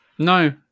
no